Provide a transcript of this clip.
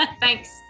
Thanks